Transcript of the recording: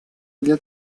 для